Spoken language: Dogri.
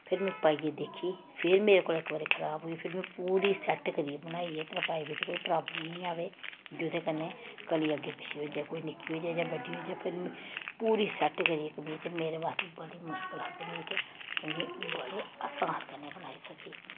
फिर में पाईयै दिक्खी फिर इक बारी मेरै कोला खराब होई फिर में पूरी सैट्ट करियै बनाई ऐ ते तरपाई बिच्च कोई प्रॉब्लम निं अवे जेह्दे कन्ने कली अग्गें पिच्छें हेई जाए कोई निक्की होई जाए जां बड्डी होई जाए पूरी सैट्ट करियै कमीच मेरे वास्तै बड़ा मुश्कल ही कमीच क्युंकि बड़ा आसान कन्नै बनाई सकी